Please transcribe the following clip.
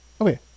okay